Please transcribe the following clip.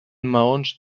maons